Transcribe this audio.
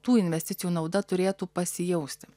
tų investicijų nauda turėtų pasijausti